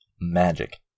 magic